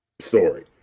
story